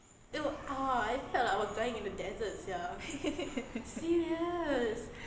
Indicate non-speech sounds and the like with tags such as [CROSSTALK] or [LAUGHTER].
[LAUGHS]